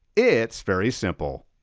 it's very simple.